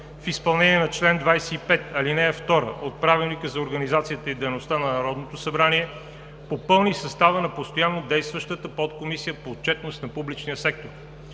в изпълнение на чл. 25, ал. 2 от Правилника за организацията и дейността на Народното събрание попълни състава на постоянно действащата подкомисия по отчетност на публичния сектор.